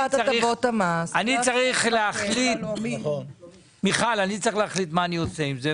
אני צריך להחליט מה אני עושה עם זה.